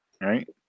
right